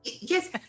Yes